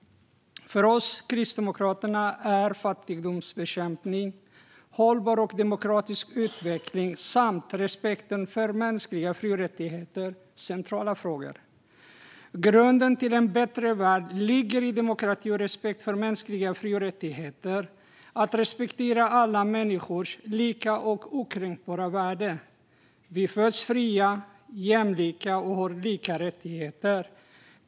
För oss kristdemokrater är fattigdomsbekämpning, hållbar och demokratisk utveckling samt respekt för mänskliga fri och rättigheter centrala frågor. Grunden till en bättre värld ligger i demokrati och respekt för mänskliga fri och rättigheter - att respektera alla människors lika och okränkbara värde. Vi föds fria, jämlika och har lika rättigheter.